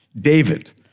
David